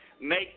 Make